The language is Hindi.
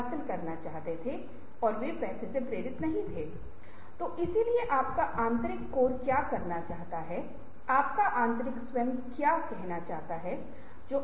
आप सोच सकते हैं कि यह केवल डिजाइन प्रचार और विपणन विभाग पर लागू है लेकिन हर क्षेत्र में रचनात्मकता की आवश्यकता है